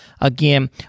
again